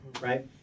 right